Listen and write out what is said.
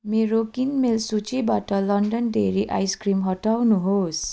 मेरो किनमेल सूचीबाट लन्डन डेयरी आइसक्रिम हटाउनुहोस्